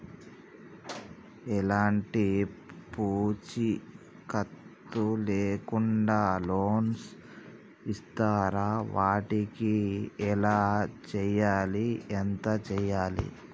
ఎలాంటి పూచీకత్తు లేకుండా లోన్స్ ఇస్తారా వాటికి ఎలా చేయాలి ఎంత చేయాలి?